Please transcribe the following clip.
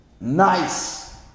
Nice